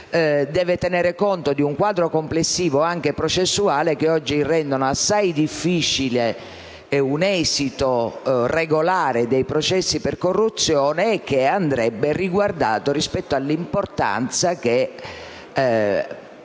deve tener conto di un quadro complessivo anche processuale che oggi rende assai difficile un esito regolare dei processi per corruzione e che andrebbe riguardato rispetto all'importanza che